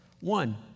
One